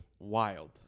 Wild